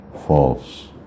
false